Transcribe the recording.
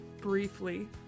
briefly